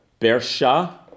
Bersha